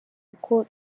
uko